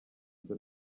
nzu